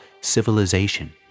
civilization